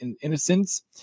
innocence